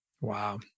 Wow